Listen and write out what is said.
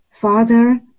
father